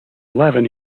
eleven